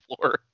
floor